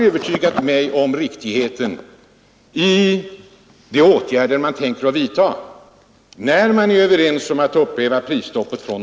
Härmed får jag anhålla om ledighet från riksdagsarbetet fr.o.m. tisdagen den 14 december kl. 15.45 t.o.m. fredagen den 17 december för deltagande i utskottssammanträden m.m. i Paris inom Europarådets ram.